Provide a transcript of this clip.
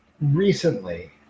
recently